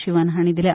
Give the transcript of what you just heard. शीवन हाणी दिल्या